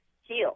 heal